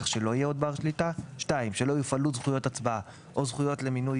כך שלא יהיה עוד בעל שליטה; שלא יופעלו זכויות ההצבעה או זכויות למינוי